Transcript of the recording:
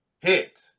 hit